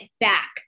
back